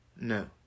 No